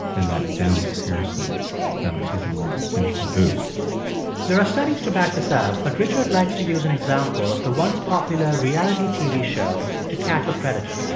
and that down comparison is more of a potential boost there are studies to back this up, but richard likes to use an example of the once-popular reality tv show to catch a predator.